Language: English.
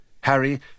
Harry